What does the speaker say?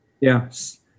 Yes